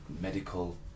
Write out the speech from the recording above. medical